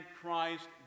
Christ